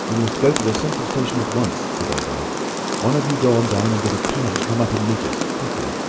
must go to the central station at once, said adye. one of you go on down and get a cab to come up and meet us quickly.